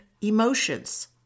emotions